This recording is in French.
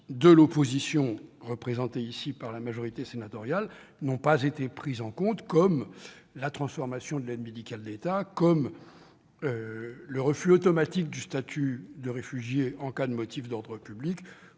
de l'opposition, représentée ici par la majorité sénatoriale, n'ont pas été pris en compte, comme la transformation de l'aide médicale de l'État, le refus automatique du statut de réfugié en cas de motif d'ordre public,